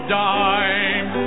dime